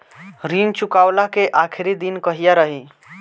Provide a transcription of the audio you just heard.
ऋण चुकव्ला के आखिरी दिन कहिया रही?